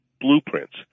blueprints